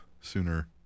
sooner